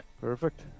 Perfect